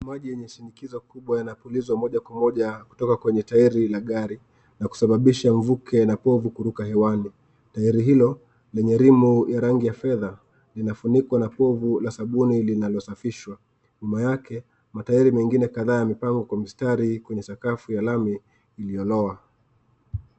Maji yenye shinikizo mkubwa yanapulizwa moja kwa moja kutoka kwenye tairi la gari na kusababisha mvuke na povu kuruka hewani. Tairi hilo, lenye rimu ya rangi ya fedha, inafunikwa na povu la sabuni linalosafishwa. Nyuma yake, matairi mengine kadhaa yamepangwa kwa mstari kwa sakafu ya lami iliyolowa.